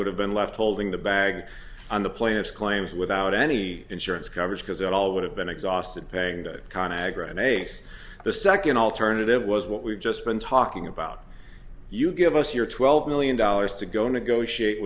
would have been left holding the bag on the plaintiff's claims without any insurance coverage because it all would have been exhausted paying the con agra an ace the second alternative was what we've just been talking about you give us your twelve million dollars to go negotiate